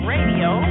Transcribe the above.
Radio